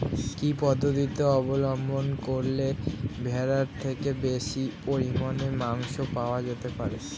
কি পদ্ধতিতে অবলম্বন করলে ভেড়ার থেকে বেশি পরিমাণে মাংস পাওয়া যেতে পারে?